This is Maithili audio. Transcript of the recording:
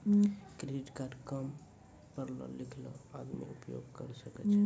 क्रेडिट कार्ड काम पढलो लिखलो आदमी उपयोग करे सकय छै?